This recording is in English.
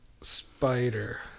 spider